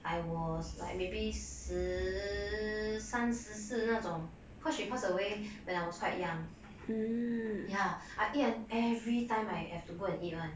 I was like maybe 十三十四那种 cause she passed away when I was quite young ya I eat every time I have to go and eat [one]